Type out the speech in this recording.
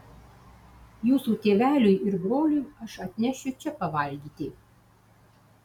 jūsų tėveliui ir broliui aš atnešiu čia pavalgyti